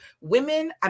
Women